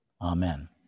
Amen